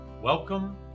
Welcome